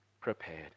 prepared